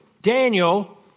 Daniel